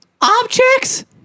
Objects